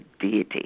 deity